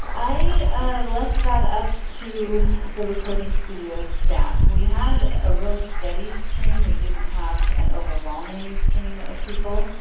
i left that up to the recording studio staff. we had a real steady stream. we didn't have an overwhelming stream of people.